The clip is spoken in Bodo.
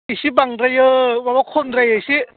एसे बांद्रायो माबा खमद्रायो एसे